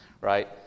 right